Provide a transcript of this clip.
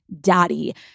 daddy